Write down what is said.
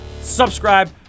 subscribe